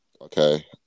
Okay